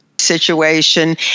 Situation